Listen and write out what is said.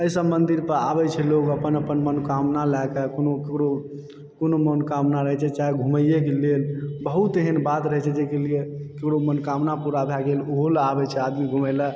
एहिसभ मन्दिर पर आबैत छै लोग अपन अपन मनोकामना लएकऽ कोनो ककरो कोनो मनोकामना रहैत छै चाहे घुमयके लेल बहुत एहन बात रहैत छै जाहिके लिए केकरो मनोकामना पूरा भए गेल ओहो लऽ आबैत छै आदमी घुमयलऽ